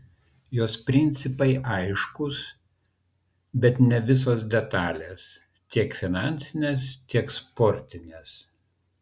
jos principai aiškūs bet ne visos detalės tiek finansinės tiek sportinės